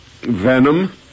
venom